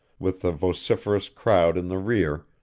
with the vociferous crowd in the rear,